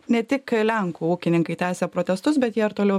ne tik lenkų ūkininkai tęsia protestus bet jie ir toliau